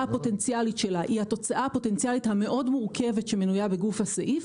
הפוטנציאלית שלה היא התוצאה הפוטנציאלית המאוד מורכבת שמנויה בגוף הסעיף,